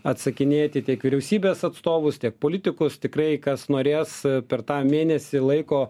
atsakinėti tiek vyriausybės atstovus tiek politikus tikrai kas norės per tą mėnesį laiko